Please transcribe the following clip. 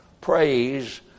praise